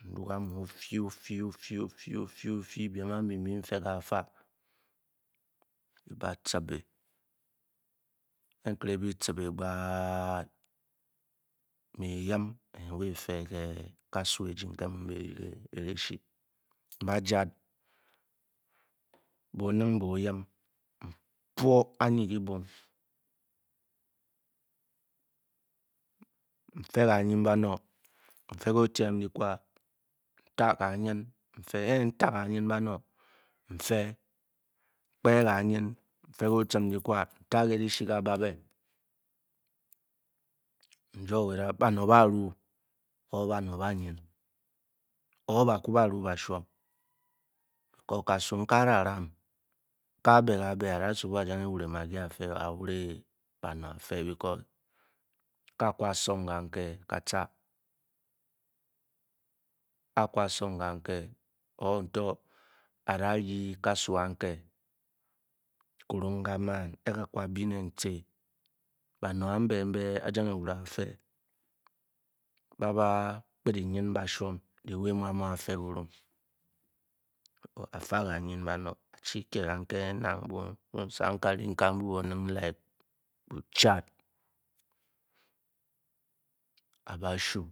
Nduge amu ofi-ofi biem a’ bi nbi nfe kafa bi ba chibe, ke bi-hibe gba’at nyip nba fe ke kasu eji nke nnu mu be ba-ryi erasui nba jat ning bo yim n’bwo anyi kibong nfe kanga bano nfe ke, nta kanyn nfe ke dikwa nta, ke di shi kababe njwo weather bano ba ru or ba hym or baku ba ru bachwom kena kasu nke a'da ram ke a'cen asung kan-ke katcha or nto a'da ryi kasu a'ke ka'mau kirum a'ka bi ne nci bano a'be nbe a jang ewure afe ba da kpet enyn ba shwom the way mu a mu afe kirum a'fe kanyu bano a-chi kye kanke bo sang nkaringe nang bu-chat a'ba shu